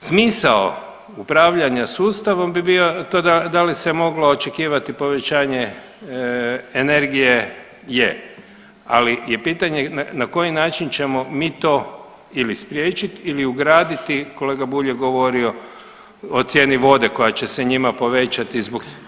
I ne, smisao upravljanja sustavom bi bio to da li se moglo očekivati povećanje energije, je, ali je pitanje na koji način ćemo mi to ili spriječiti ili ugraditi, kolega Bulj je govorio o cijeni vode koja će se njima povećati zbog cijene struje.